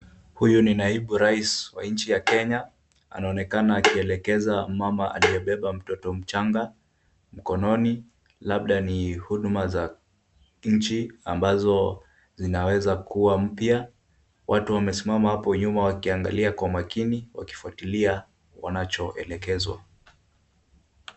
Huyu ni naibu Rais wa nchi ya Kenya, anaonekana akielekeza mama aliyebeba mtoto mchanga mkononi, labda ni huduma za nchi ambazo zinaweza kuwa mpya, watu wamesimama hapo nyuma wakiangalia Kwa makini wakifuatilia wanachoelekezwa.